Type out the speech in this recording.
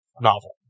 novel